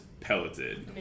pelleted